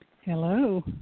Hello